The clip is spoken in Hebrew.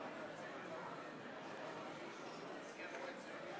חוק-יסוד: הכנסת (תיקון,